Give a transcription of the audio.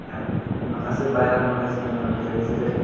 आय माखासे बायह्रा नलेजबो होनांगौ जायो जेरै